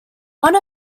one